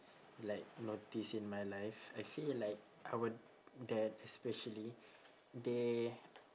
like notice in my life I feel like our dad especially they